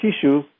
tissue